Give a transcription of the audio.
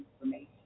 information